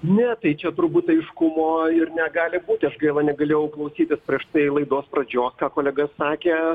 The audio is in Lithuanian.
ne tai čia turbūt aiškumo ir negali būti aš gaila negalėjau klausytis prieš tai laidos pradžiose ką kolega sakė